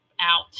out